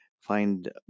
find